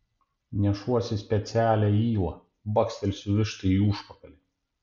nešuosi specialią ylą bakstelsiu vištai į užpakalį